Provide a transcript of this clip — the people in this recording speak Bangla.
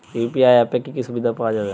ইউ.পি.আই অ্যাপে কি কি সুবিধা পাওয়া যাবে?